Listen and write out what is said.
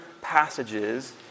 passages